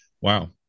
Wow